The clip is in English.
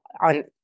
on